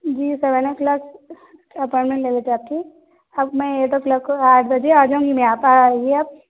جی سر او clock appointment مل جاتی اب میں ایٹ او کلاک کو آٹھ بجے آ جاؤں گی میں یہاں پر آئیے آپ